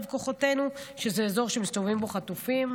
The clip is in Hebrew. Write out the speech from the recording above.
כוחותינו שזה אזור שמסתובבים בו חטופים?